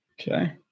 Okay